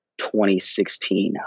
2016